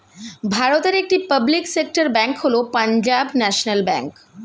ভারতের একটি public sector bank হল পাঞ্জাব ন্যাশনাল ব্যাঙ্ক